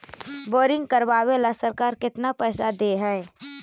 Boring करबाबे ल सरकार केतना पैसा दे है?